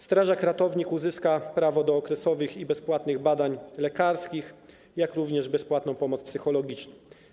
Strażak ratownik uzyska prawo do okresowych i bezpłatnych badań lekarskich, jak również bezpłatną pomoc psychologiczną.